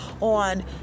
on